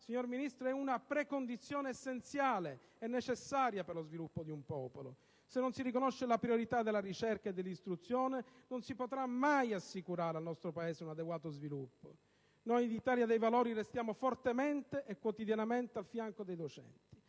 signora Ministro, è una precondizione essenziale e necessaria per lo sviluppo di un popolo. Se non si riconosce la priorità della ricerca e dell'istruzione, non si potrà mai assicurare al nostro Paese un adeguato sviluppo. Noi dell'Italia dei Valori restiamo fortemente e quotidianamente al fianco dei docenti,